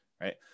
Right